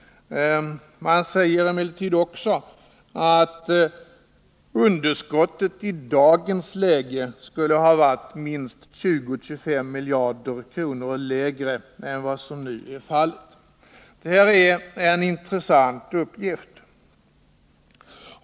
Man säger emellertid också att underskottet i dagens läge skulle ha varit minst 20-25 miljarder kronor lägre än vad som nu är fallet. Det här är en intressant uppgift.